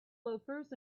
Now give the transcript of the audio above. loafers